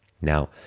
Now